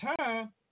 time